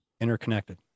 interconnected